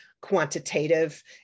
quantitative